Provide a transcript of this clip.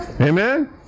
Amen